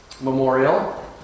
Memorial